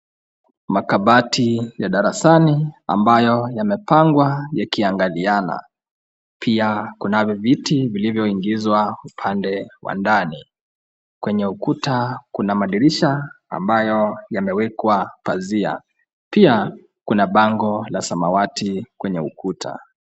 Makabati ya darasani ambayo yamepangwa yakiangaliana pia kunavyo viti vilivyoingizwa upande wa ndani. Kwenye ukuta kuna madirisha ambayo yamewekwa pazia. Pia kuna bango la samawati kwenye ukuta.